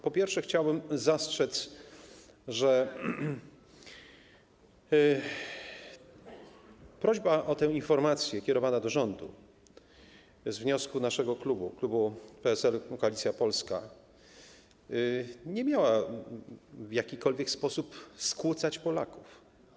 Po pierwsze, chciałbym zastrzec, że prośba o tę informację kierowana do rządu na wniosek naszego klubu, Klubu PSL, Koalicja Polska, nie miała w jakikolwiek sposób skłócać Polaków.